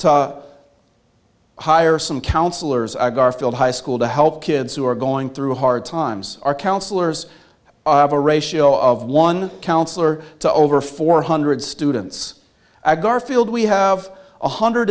to hire some counselors i garfield high school to help kids who are going through hard times our counselors the ratio of one counselor to over four hundred students i garfield we have one hundred